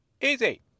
Easy